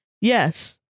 Yes